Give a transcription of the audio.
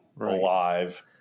alive